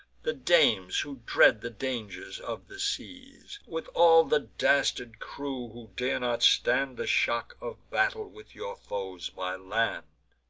the dames who dread the dangers of the seas, with all the dastard crew, who dare not stand the shock of battle with your foes by land.